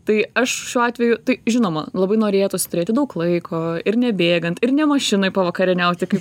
tai aš šiuo atveju tai žinoma labai norėtųsi turėti daug laiko ir nebėgant ir ne mašinoj pavakarieniauti kaip